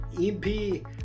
EP